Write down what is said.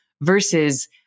Versus